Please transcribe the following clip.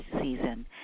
season